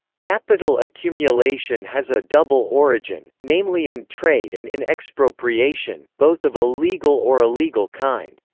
capital accumulation has a double origin, namely in trade and in expropriation, both of a legal or illegal kind.